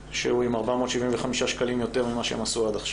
וזה כבר יהיה בסכום של 475 שקלים יותר ממה שנעשה עד היום.